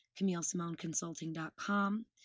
CamilleSimoneConsulting.com